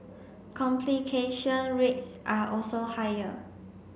complication rates are also higher